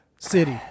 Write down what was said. City